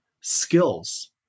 skills